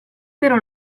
pero